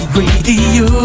radio